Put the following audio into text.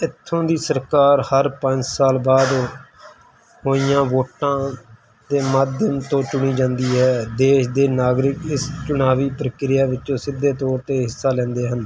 ਇੱਥੋਂ ਦੀ ਸਰਕਾਰ ਹਰ ਪੰਜ ਸਾਲ ਬਾਅਦ ਹੋਈਆਂ ਵੋਟਾਂ ਦੇ ਮਾਧਿਅਮ ਤੋਂ ਚੁਣੀ ਜਾਂਦੀ ਹੈ ਦੇਸ਼ ਦੇ ਨਾਗਰਿਕ ਇਸ ਚੁਣਾਵੀ ਪ੍ਰਕਿਰਿਆ ਵਿੱਚ ਸਿੱਧੇ ਤੌਰ 'ਤੇ ਹਿੱਸਾ ਲੈਂਦੇ ਹਨ